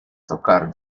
tocar